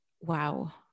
Wow